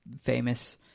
famous